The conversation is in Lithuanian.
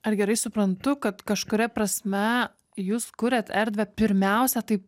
ar gerai suprantu kad kažkuria prasme jūs kuriat erdvę pirmiausia tai